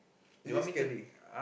is it scary